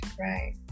Right